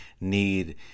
need